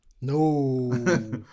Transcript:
No